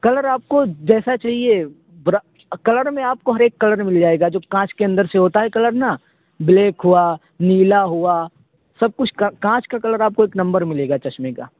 colour آپ کو جیسا چاہیے کلر میں آپ کو ہر ایک کلر مل جائے گا جو کانچ کے اندر سے ہوتا ہے کلر نا بلیک ہوا نیلا ہوا سب کچھ کانچ کا کلر آپ کو ایک نمبر ملے چشمے کا